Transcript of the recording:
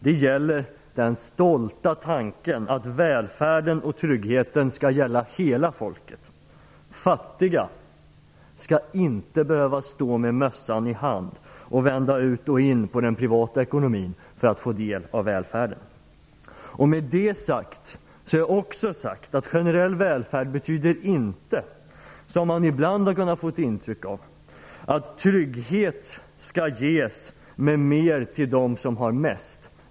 Det gäller den stolta tanken att välfärden och tryggheten skall gälla hela folket. Fattiga skall inte behöva stå med mössan i hand och vända ut och in på den privata ekonomin för att få del av välfärden. Av detta följer också att generell välfärd inte betyder - vilket man ibland har kunnat få ett intryck av - att trygghet skall ges i större utsträckning till dem som har mest.